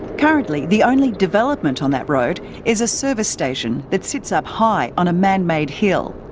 currently the only development on that road is a service station that sits up high on a manmade hill.